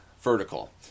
vertical